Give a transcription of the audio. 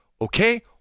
Okay